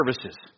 services